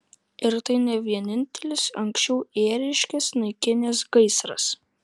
ir tai ne vienintelis anksčiau ėriškes naikinęs gaisras